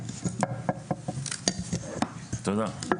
תודה.